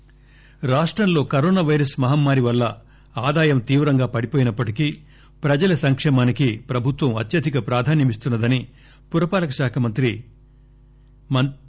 కెటిఆర్ రాష్టంలో corona virus మహమ్మారి వల్ల ఆదాయం తీవ్రంగా పడిపోయినప్పటికీ ప్రజల సంకేమానికి ప్రభుత్వం అత్యధిక ప్రాధాన్యమిస్తున్న దని పురపాలక పట్టణాభివృద్ది శాఖ మంత్రి కె